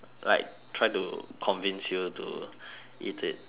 like try to convince you to eat it